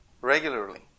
regularly